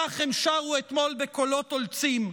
כך הם שרו אתמול בקולות עולצים.